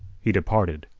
he departed,